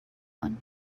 one